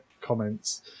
comments